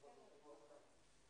אני מקווה שהנושא הזה ייפתר